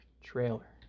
Trailer